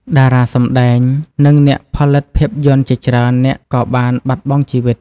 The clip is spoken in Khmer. តារាសម្ដែង និងអ្នកផលិតភាពយន្តជាច្រើននាក់ក៏បានបាត់បង់ជីវិត។